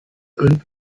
und